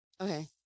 Okay